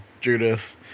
Judith